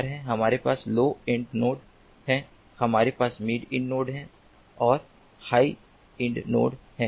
हमारे पास low end nodes हैं हमारे पास मिड एंड नोड्स और हाई एंड नोड्स हैं